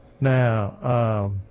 Now